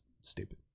stupid